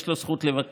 יש לו זכות לבקש,